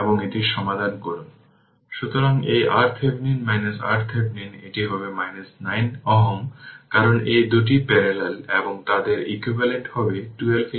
সুতরাং পূর্ববর্তী অধ্যায়ে রেজিস্টেন্স এবং সোর্স দ্বারা গঠিত সার্কিটগুলি অধ্যয়ন করেছি